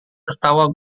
tertawa